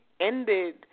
ended